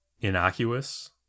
innocuous